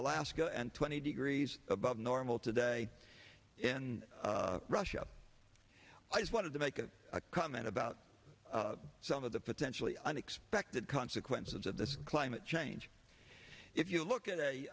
alaska and twenty degrees above normal today in russia i just wanted to make a comment about some of the potentially unexpected consequences of this climate change if you look at a